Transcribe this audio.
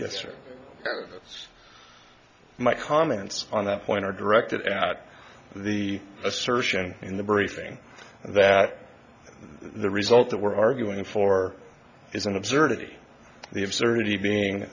it's my comments on that point are directed at the assertion in the briefing that the result that we're arguing for is an absurdity the absurdity being